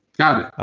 got